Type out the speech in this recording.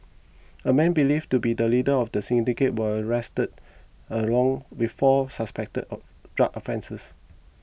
a man believed to be the leader of the syndicate was arrested along with four suspected drug offenders